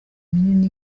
minini